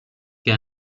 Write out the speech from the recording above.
και